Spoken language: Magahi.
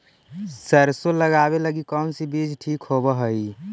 सरसों लगावे लगी कौन से बीज ठीक होव हई?